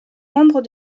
membres